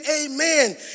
Amen